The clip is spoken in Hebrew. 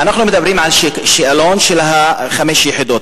אנו מדברים על השאלון של חמש יחידות.